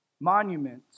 monuments